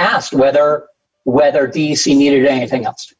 asked whether whether d c needed anything else